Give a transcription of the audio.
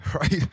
right